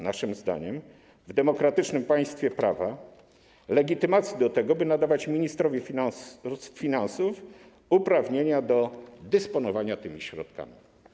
Naszym zdaniem brak zatem w demokratycznym państwie prawa legitymacji do tego, by nadawać ministrowi finansów uprawnienia do dysponowania tymi środkami.